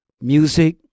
music